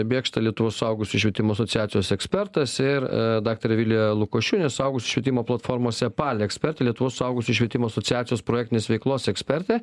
bėkšta lietuvos suaugusiųjų švietimo asociacijos ekspertas ir a daktarė vilija lukošiūnienė suaugusiųjų švietimo platformos epale ekspertė lietuvos suaugusiųjų švietimo asociacijos projektinės veiklos ekspertė